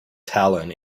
tallinn